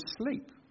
sleep